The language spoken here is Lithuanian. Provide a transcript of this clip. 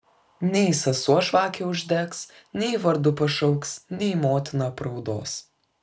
nei sesuo žvakę uždegs nei vardu pašauks nei motina apraudos